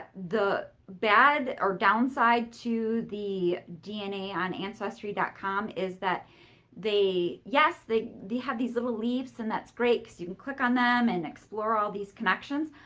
the bad or downside to the dna on ancestry dot com is that they yes, they have these little leaves and that's great because you can click on them and explore all these connections.